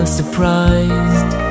surprised